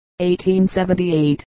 1878